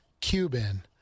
Cuban